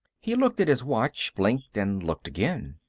he looked at his watch, blinked, and looked again.